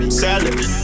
salad